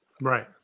Right